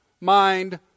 mind